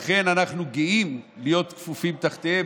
לכן אנחנו גאים להיות כפופים להם,